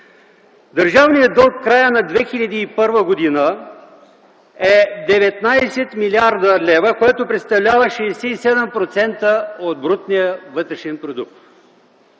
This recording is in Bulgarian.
Държавният дълг в края на 2001 г. е 19 млрд. лв., което представлява 67% от брутния вътрешен продукт.